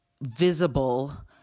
visible